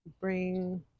bring